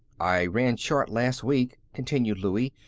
i ran short last week, continued louie.